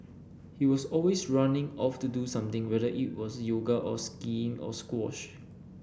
he was always running off to do something whether it was yoga or skiing or squash